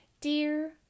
Dear